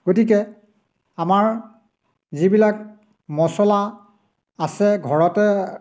গতিকে আমাৰ যিবিলাক মচলা আছে ঘৰতে